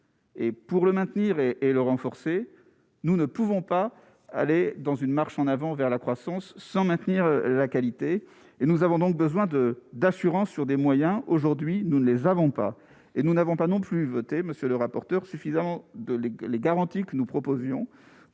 Et pour le maintenir et et le renforcer, nous ne pouvons pas aller dans une marche en avant vers la croissance sans maintenir la qualité. Et nous avons donc besoin de d'assurance sur des moyens aujourd'hui, nous ne les avons pas et nous n'avons pas non plus voté monsieur le rapporteur suffisant de les garanties que nous proposions